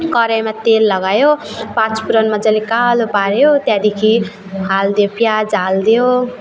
कराईमा तेल लगायो पाँचफुरन मजाले कालो पाऱ्यो त्यहाँदेखि हालिदियो प्याज हालिदियो